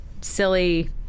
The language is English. silly